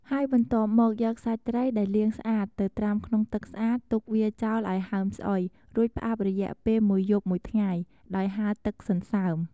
ហើយបន្ទាប់មកយកសាច់ត្រីដែលលាងស្អាត ទៅត្រាំក្នុងទឹកស្អាត ទុកវាចោលឱ្យហើមស្អុយ រួចផ្អាប់រយៈពេលមួយយប់មួយថ្ងៃ ដោយហាលទឹកសន្សើម។